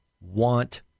want